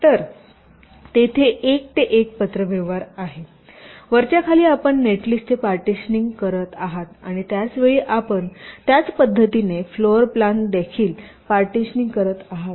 तर तेथे एक ते एक पत्रव्यवहार आहे वरच्या खाली आपण नेटलिस्टचे पार्टीशनिंग करत आहात आणि त्याच वेळी आपण त्याच पद्धतीने फ्लोर प्लॅन देखील पार्टीशनिंग करीत आहात